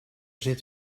zit